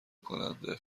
کننده